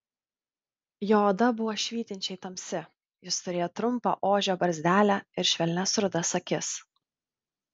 jo oda buvo švytinčiai tamsi jis turėjo trumpą ožio barzdelę ir švelnias rudas akis